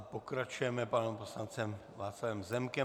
Pokračujeme panem poslancem Václavem Zemkem.